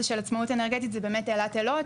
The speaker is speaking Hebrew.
של עצמאות אנרגטית הן באמת אילת אילות,